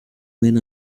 men